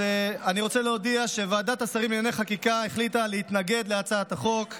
אני רוצה להודיע שוועדת השרים לענייני חקיקה החליטה להתנגד להצעת החוק,